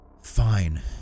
Fine